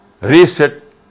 reset